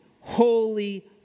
holy